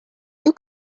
you